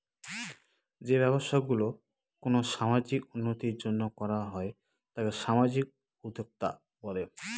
যে ব্যবসা গুলো কোনো সামাজিক উন্নতির জন্য করা হয় তাকে সামাজিক উদ্যক্তা বলে